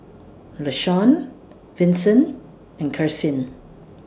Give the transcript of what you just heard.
Lashawn Vinson and Karsyn